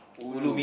ulu